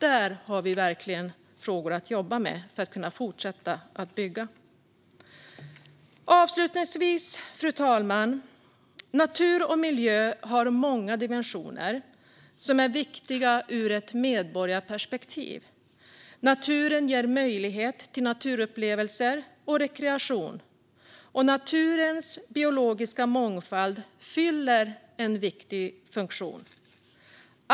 Där har vi verkligen frågor att jobba med för att kunna fortsätta bygga. Fru talman! Natur och miljö har många dimensioner som är viktiga ur ett medborgarperspektiv. Naturen ger möjlighet till naturupplevelser och rekreation, och naturens biologiska mångfald fyller en viktig funktion.